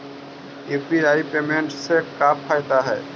UPI payment से का फायदा है?